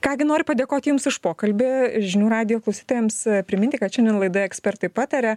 ką gi noriu padėkoti jums už pokalbį žinių radijo klausytojams priminti kad šiandien laidoje ekspertai pataria